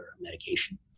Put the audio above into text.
medication